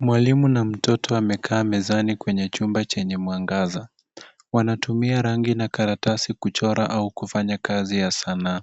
Mwalimu na mtoto wamekaa mezani kwenye chumba chenye mwangaza. Wanatumia rangi na karatasi kuchora au kufanya kazi ya sanaa.